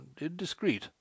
indiscreet